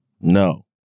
No